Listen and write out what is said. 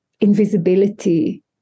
invisibility